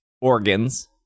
organs